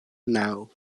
naŭ